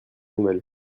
nouvelle